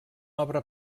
obra